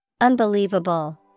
Unbelievable